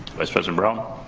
vice president brown.